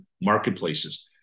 marketplaces